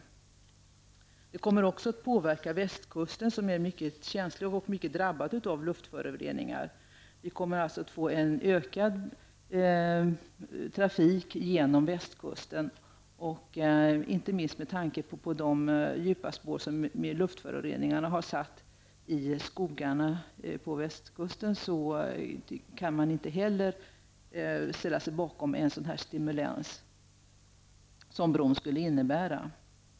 Det kommer också påverka att västkusten som är mycket känslig och mycket drabbad av luftföroreningar. Vi kommer att få en ökad trafik på västkusten. Inte minst med tanke på de djupa spår luftföroreningarna har satt i skogarna på västkusten kan man inte heller ställa sig bakom en sådan stimulans som bron skulle innebära.